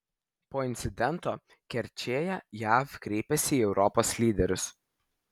po incidento kerčėje jav kreipiasi į europos lyderius